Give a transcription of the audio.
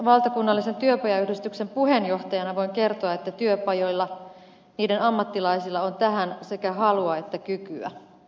valtakunnallisen työpajayhdistyksen puheenjohtajana voin kertoa että työpajoilla niiden ammattilaisilla on tähän sekä halua että kykyä